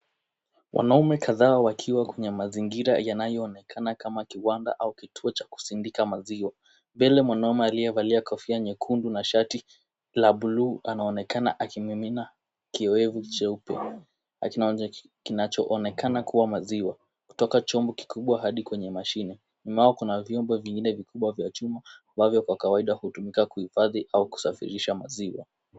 Wanaume kadhaa wakiwa kwenye mazingira yanayoonekana kama kiwanda au kituo cha kusindika maziwa. Mbele mwanaume aliyevalia kofia nyekundu na shati la bluu anaonekana akimimina kioevu cheupe na kinachoonekana kuwa maziwa kutoka chombo kikubwa hadi kwenye mashine. Nyuma yao kuna vyombo vingine vikubwa vya chuma ambavyo kwa kawaida hutumika kuhifadhi au kusafirisha maziwa.